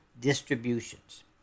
distributions